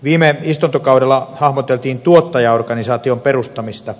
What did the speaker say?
viime istuntokaudella hahmoteltiin tuottajaorganisaation perustamista